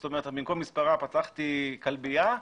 זאת אומרת שבמקום מספרה פתחתי כלביה,